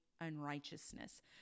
unrighteousness